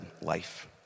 life